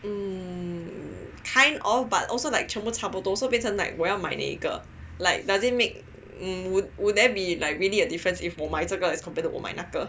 eh kind of but also like 全部差不多 so like 变成我要买哪一个 like does it make err would there be like really a difference if 我买这个还是 compare to 我买那个